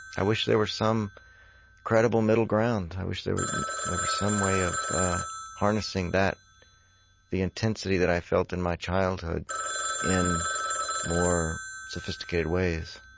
i wish there were some credible middle ground. i wish there were there were some way of harnessing that the intensity that i felt in my childhood in more sophisticated ways